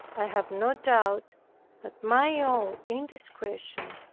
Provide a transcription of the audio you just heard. i have no doubt that my own indiscretion,